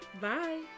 Bye